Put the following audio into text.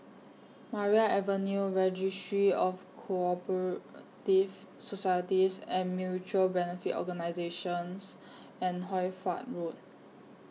Maria Avenue Registry of Co Operative Societies and Mutual Benefit Organisations and Hoy Fatt Road